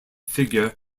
figure